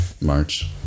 March